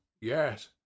Yes